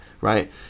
right